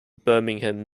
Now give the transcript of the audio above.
birmingham